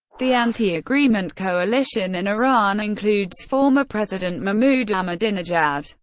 the anti-agreement coalition in iran includes former president mahmoud ahmadinejad,